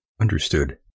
Understood